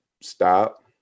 stop